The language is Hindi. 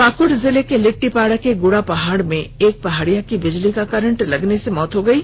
पाकुड़ जिले के लिट्टीपाड़ा के गुड़ापहाड़ में एक पहाड़िया की बिजली का करंट लगने से मौत हो गयी